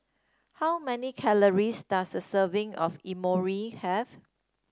how many calories does a serving of Imoni have